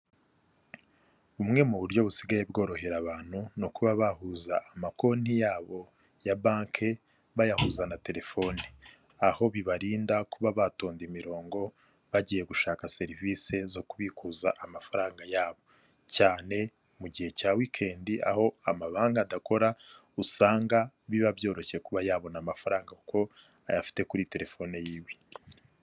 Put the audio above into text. Ni muri gare hari haparitse imodoka za kwasiteri zikoreshwa na ajanse ya sitela.